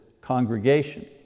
congregation